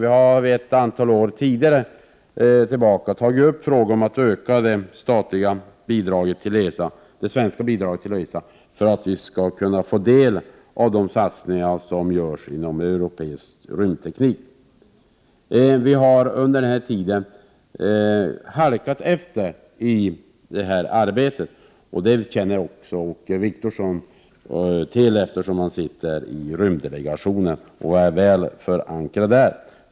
Sedan ett antal år tillbaka har vi tagit upp frågan om att öka det svenska bidraget till ESA för att vi skall kunna få del av de satsningar som görs inom europeisk rymdteknik. Vi har under denna tid halkat efter i det här arbetet. Det känner också Åke Wictorsson till, eftersom han sitter i rymddelegationen och är väl förankrad där.